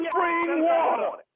Springwater